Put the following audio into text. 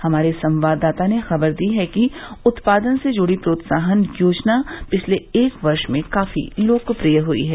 हमारे संवाददाता ने खबर दी है कि उत्पादन से जुड़ी प्रोत्साहन योजना पिछले एक वर्ष में काफी लोकप्रिय हुई है